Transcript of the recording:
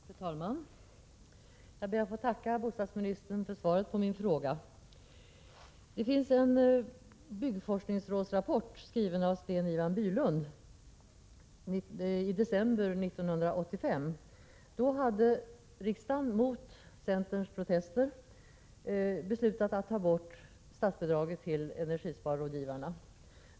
Fru talman! Jag ber att få tacka bostadsministern för svaret på min fråga. Det finns en rapport från byggforskningsrådet som är skriven av Sten-Ivan Bylund i december 1985 — det var då som riksdagen under protester från centern hade beslutat att ta bort statsbidraget till energisparrådgivningen.